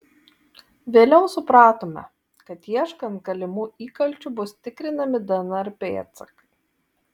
vėliau supratome kad ieškant galimų įkalčių bus tikrinami dnr pėdsakai